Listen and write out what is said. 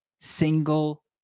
single